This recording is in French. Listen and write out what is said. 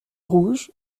rouge